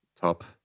top